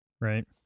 Right